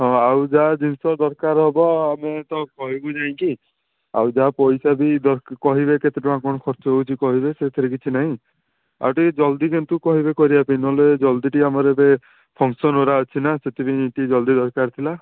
ହଁ ଆଉ ଯାହା ଜିନିଷ ଦରକାର ହବ ଆମେ ତ କହିବୁ ଯାଇକି ଆଉ ଯାହା ପଇସା ବି କହିବେ କେତେ ଟଙ୍କା କ'ଣ ଖର୍ଚ୍ଚ ହେଉଛି କହିବେ ସେଥିରେ କିଛି ନାହିଁ ଆଉ ଟିକେ ଜଲ୍ଦି କିନ୍ତୁ କହିବେ କରିବା ପାଇଁ ନହେଲେ ଜଲ୍ଦି ଟିକେ ଆମର ଏବେ ଫଙ୍କସନ୍ ଗୁଡ଼ା ଅଛି ନା ସେଥିପାଇଁ ଟିକେ ଜଲ୍ଦି ଦରକାର ଥିଲା